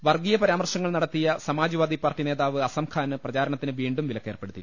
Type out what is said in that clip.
വർഗ്ഗീയ പരാമർശങ്ങൾ നടത്തിയ സമാജ്വാദി പാർട്ടി നേതാവ് അസംഖാന് പ്രചാരണത്തിന് വീണ്ടും വിലക്കേർപ്പെടുത്തി